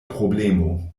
problemo